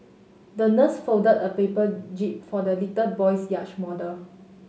the nurse folded a paper jib for the little boy's yacht model